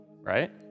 right